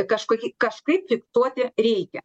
kažkokį kažkaip fiksuoti reikia